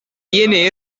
tiene